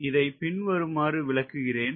இதை பின்வருமாறு விளக்குகிறேன்